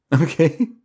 okay